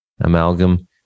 amalgam